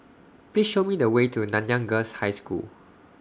Please Show Me The Way to Nanyang Girls' High School